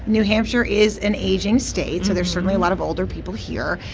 new hampshire is an aging state, so there's certainly a lot of older people here.